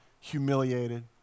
humiliated